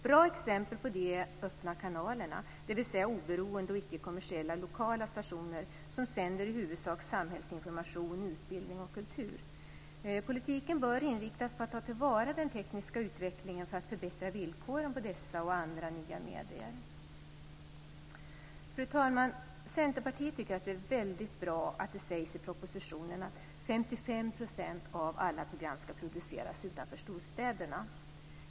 Bra exempel på det är öppna kanalerna, dvs. oberoende och icke kommersiella lokala stationer som sänder i huvudsak samhällsinformation, utbildning och kultur. Politiken bör inriktas på att ta till vara den tekniska utvecklingen för att förbättra villkoren för dessa och andra nya medier. Fru talman! Centerpartiet tycker att det är väldigt bra att det sägs i propositionen att 55 % av alla program ska produceras utanför storstäderna.